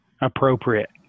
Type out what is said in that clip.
Appropriate